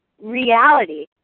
reality